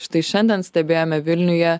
štai šiandien stebėjome vilniuje